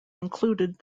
included